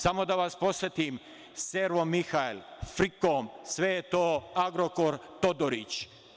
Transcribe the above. Samo da vas podsetim, „Servo Mihalj“, „Frikom“, sve je to „Agrokor“, Todorić.